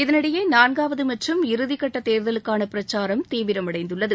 இதனிடையே நான்காவது மற்றும் இறுதி கட்ட தேர்தலுக்கான பிரச்சாரம் தீவிரமடைந்துள்ளது